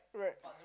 right